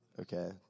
okay